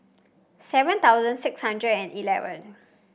seven thousand six hundred and eleven